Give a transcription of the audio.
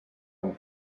amb